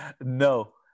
No